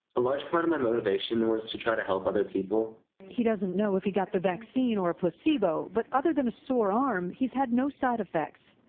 a large part of my motivation was to try to help other people. reporter he doesn't know if he got the vaccine or a placebo but other than a sore arm, he's had no side effects.